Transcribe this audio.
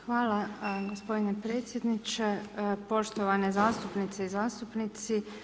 Hvala gospodine predsjedniče, poštovane zastupnice i zastupnici.